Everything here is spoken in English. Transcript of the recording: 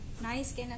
nice